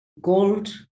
gold